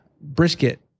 brisket